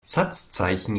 satzzeichen